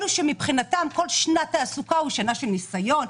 אלו שמבחינתן כל שנת תעסוקה היא שנה של ניסיון,